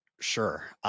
Sure